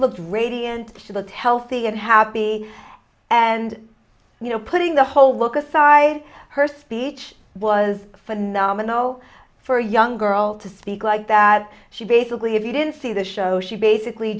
looked radiant she will tell thea and happy and you know putting the whole look aside her speech was phenomenal for a young girl to speak like that she basically if you didn't see the show she basically